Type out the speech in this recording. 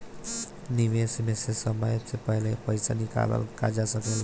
निवेश में से समय से पहले पईसा निकालल जा सेकला?